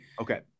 okay